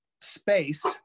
space